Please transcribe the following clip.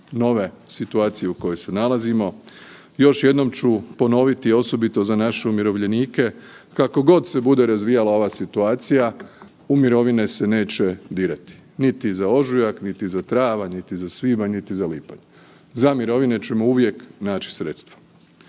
nove situacije u kojoj se nalazimo. Još jednom ću ponoviti, osobito za naše umirovljenike, kako god se bude razvijala ova situacija, u mirovine se neće dirati, niti za ožujak, niti za travanj, niti za svibanj, niti za lipanj. Za mirovine ćemo uvijek naći sredstva